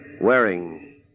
Waring